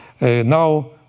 now